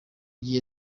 gihe